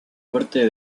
parte